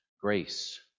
Grace